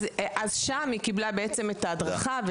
אז שם היא קיבלה בעצם את ההדרכה.